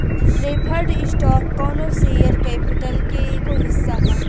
preferred stock कौनो share capital के एगो हिस्सा ह